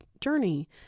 journey